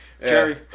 Jerry